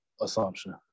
assumption